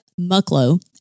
Mucklow